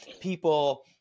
People